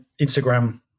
Instagram